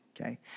okay